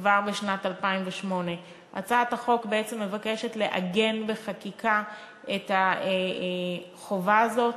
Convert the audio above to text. כבר בשנת 2008. הצעת החוק בעצם מבקשת לעגן בחקיקה את החובה הזאת,